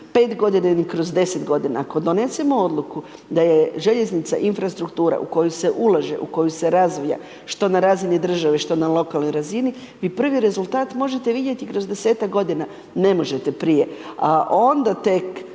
5 godina ni kroz 10 godina, ako donesemo odluku da je željeznica infrastruktura u koju se ulaže, u koju se razvija što na razini države, što na lokalnoj razini i prvi rezultat možete vidjeti kroz 10-ak godine, ne možete prije